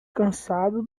cansado